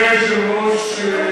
אדוני היושב-ראש,